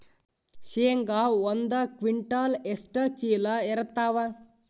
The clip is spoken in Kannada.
ಶೇಂಗಾ ಒಂದ ಕ್ವಿಂಟಾಲ್ ಎಷ್ಟ ಚೀಲ ಎರತ್ತಾವಾ?